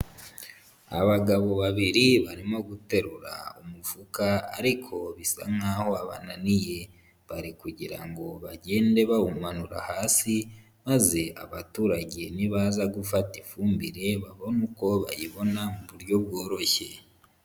Abagabo babiri barimo guterura umufuka ariko bisa nkaho wabananiye. Bari kugira ngo bagende bawumanura hasi, maze abaturage nibaza gufata ifumbire, babone uko bayibona mu buryo bworoshye.